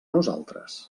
nosaltres